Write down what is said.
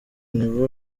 nib